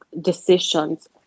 decisions